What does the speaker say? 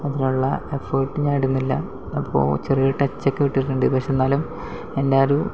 അതിനുള്ള എഫേർട്ട് ഞാൻ ഇടുന്നില്ല അതിപ്പോൾ ചെറിയ ഒരു ടച്ചൊക്കെ വിട്ടിട്ടുണ്ട് പക്ഷെ എന്നാലും എൻ്റെ ആ ഒരു